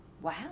Wow